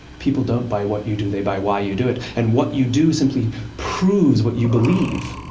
people don't buy what you do they buy why you do it and what you do simply proves what you believe.